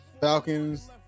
Falcons